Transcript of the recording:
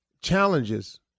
Challenges